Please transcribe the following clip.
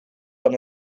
dan